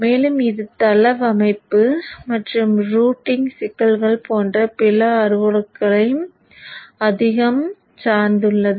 மேலும் இது தளவமைப்பு மற்றும் ரூட்டிங் சிக்கல்கள் போன்ற பிற அளவுருகளை அதிகம் சார்ந்துள்ளது